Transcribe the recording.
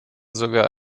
sogar